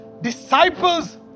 disciples